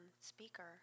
speaker